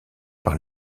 par